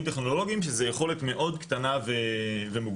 טכנולוגיים שזו יכולת מאוד קטנה ומוגבלת.